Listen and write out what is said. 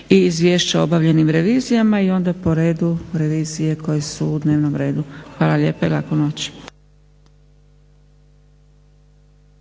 i izvješća o obavljenim revizijama i onda po redu revizije koje su u dnevnom redu. Hvala lijepa i laku noć!